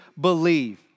believe